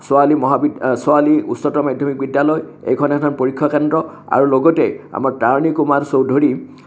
ছোৱালী মহাবিদ্ ছোৱালী উচ্চতৰ মাধ্যমিক বিদ্যালয় এইখন এখন পৰীক্ষা কেন্দ্ৰ আৰু লগতে আমাৰ তাৰিণী কুমাৰ চৌধুৰী